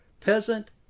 peasant